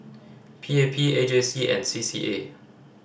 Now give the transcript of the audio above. P A P A J C and C C A